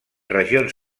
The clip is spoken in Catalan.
regions